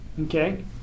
Okay